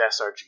SRG